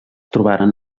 trobaren